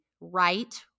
right